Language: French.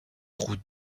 route